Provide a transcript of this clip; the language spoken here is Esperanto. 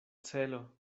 celo